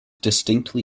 distinctly